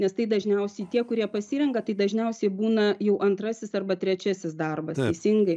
nes tai dažniausiai tie kurie pasirenka tai dažniausiai būna jau antrasis arba trečiasis darbas teisingai